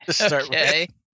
Okay